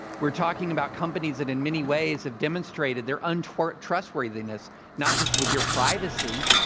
we're talking about companies that, in many ways, have demonstrated their untrustworthiness not just with your privacy,